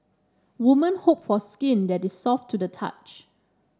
woman hope for skin that is soft to the touch